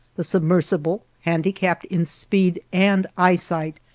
the submersible, handicapped in speed and eyesight,